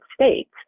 States